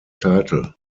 title